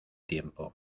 tiempo